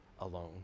alone